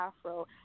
Afro